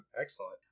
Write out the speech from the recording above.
Excellent